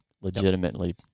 legitimately